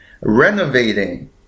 renovating